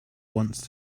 once